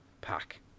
Pack